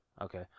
Okay